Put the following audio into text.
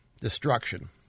destruction